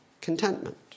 contentment